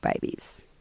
Babies